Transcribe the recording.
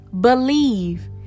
Believe